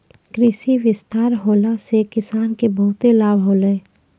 कृषि विस्तार होला से किसान के बहुते लाभ होलै